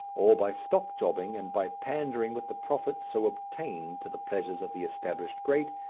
or by stock-jobbing and by pandering with the profits so obtained to the pleasures of the established great,